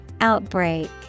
Outbreak